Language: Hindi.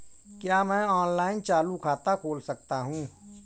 क्या मैं ऑनलाइन चालू खाता खोल सकता हूँ?